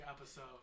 episode